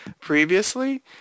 previously